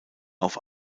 auf